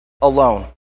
alone